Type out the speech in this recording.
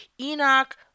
Enoch